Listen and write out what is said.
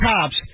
cops